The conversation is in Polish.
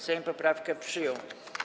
Sejm poprawkę przyjął.